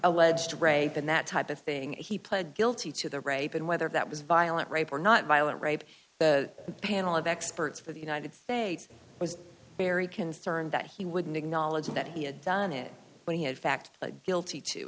alleged rape and that type of thing he pled guilty to the rape and whether that was violent rape or not violent rape the panel of experts for the united states was very concerned that he wouldn't acknowledge that he had done it but he had fact guilty to